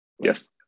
yes